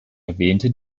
erwähnte